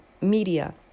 media